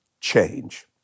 change